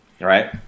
Right